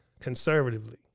conservatively